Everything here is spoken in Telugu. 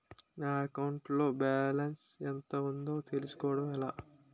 నా అకౌంట్ లో బాలన్స్ ఎంత ఉందో తెలుసుకోవటం ఎలా?